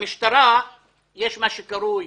במשטרה יש מה שקרוי